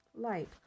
light